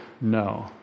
No